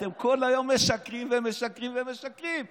אתם כל היום משקרים ומשקרים ומשקרים לציבור.